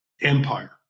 empire